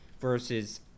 versus